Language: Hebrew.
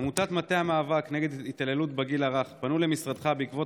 עמותת מטה המאבק נגד התעללות בגיל הרך פנתה למשרדך בעקבות